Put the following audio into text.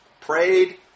prayed